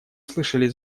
слышали